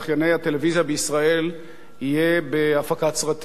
הטלוויזיה בישראל יהיה בהפקת סרטים.